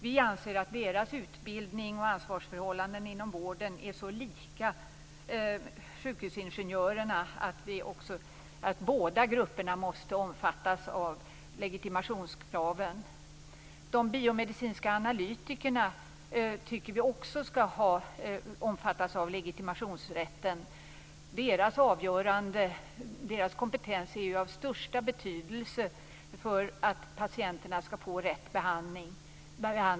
Vi anser att deras utbildning och ansvarsförhållanden inom vården är så lika sjukhusingenjörernas att båda grupperna måste omfattas av legitimationskraven. De biomedicinska analytikerna tycker vi också skall omfattas av legitimationsrätten. Deras kompetens är ju av största betydelse för att patienterna skall få rätt behandling.